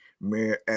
Mayor